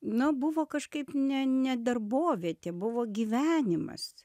nu buvo kažkaip ne ne darbovietė buvo gyvenimas